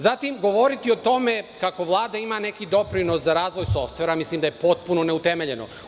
Zatim, govoriti o tome kako Vlada ima neki doprinos za razvoj softvera, mislim, da je potpuno neutemeljeno.